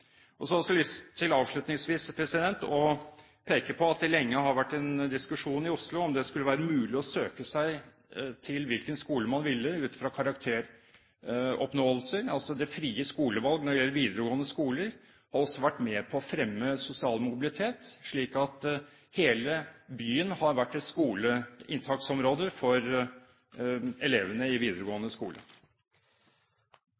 har lyst til avslutningsvis å peke på at det lenge var en diskusjon i Oslo om det skulle være mulig å søke seg til hvilken skole man ville, ut fra karakteroppnåelse. Det frie skolevalg når det gjelder videregående skoler, har også vært med på å fremme sosial mobilitet – hele byen har vært et inntaksområde for elevene i